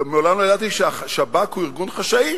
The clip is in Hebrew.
מעולם לא ידעתי שהשב"כ הוא ארגון חשאי.